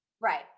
Right